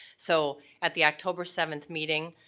so at the october seventh meeting,